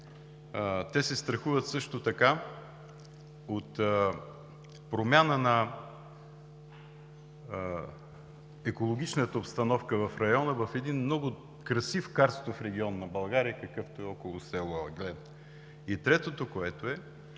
те се страхуват също така от промяна на екологичната обстановка в района в един много красив карстов регион на България, какъвто е около село Ъглен. И третото, те